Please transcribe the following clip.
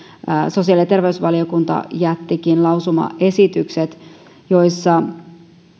sosiaali ja terveysvaliokunta jättikin lausumaesitykset joissa